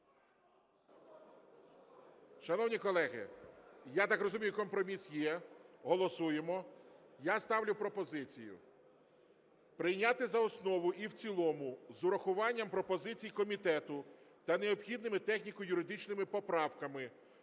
Шановні колеги, я так розумію, компроміс є. Голосуємо. Я ставлю пропозицію прийняти за основу і в цілому з урахуванням пропозицій комітету та необхідними техніко-юридичними поправками